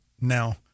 now